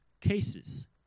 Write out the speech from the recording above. cases